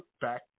back